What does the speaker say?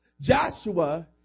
Joshua